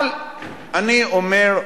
אבל אני אומר,